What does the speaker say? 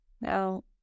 Now